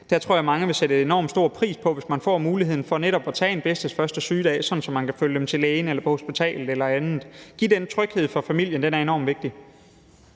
Der tror jeg, mange ville sætte enormt stor pris på, at man kunne få muligheden for netop at tage en bedstes første sygedag, så man kan følge dem til lægen eller på hospitalet eller andet. At give den tryghed for familien er enormt vigtigt.